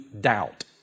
doubt